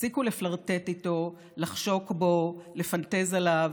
והפסיקו לפלרטט איתו, לחשוק בו, לפנטז עליו.